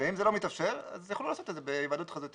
ואם זה לא מתאפשר אז יוכלו לעשות את זה בהיוועדות חזותית.